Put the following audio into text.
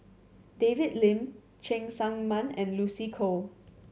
David Lim Cheng Tsang Man and Lucy Koh